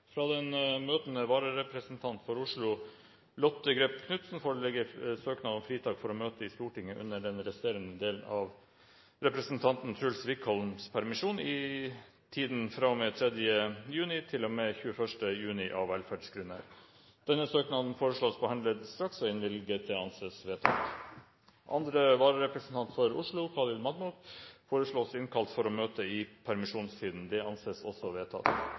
Fra den møtende vararepresentant for Oslo, Lotte Grepp Knutsen, foreligger søknad om fritak for å møte i Stortinget under den resterende del av representanten Truls Wickholms permisjon i tiden fra og med 3. juni til og 21. juni, av velferdsgrunner. Søknaden foreslås behandlet straks og innvilget. – Det anses vedtatt. Andre vararepresentant for Oslo, Khalid Mahmood, foreslås innkalt for å møte i permisjonstiden. – Det anses vedtatt.